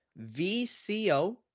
VCO